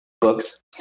books